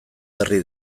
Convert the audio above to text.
berri